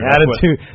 Attitude